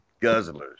guzzlers